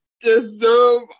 deserve